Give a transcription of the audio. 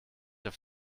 auf